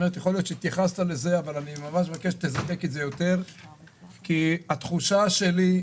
כי התחושה שלי,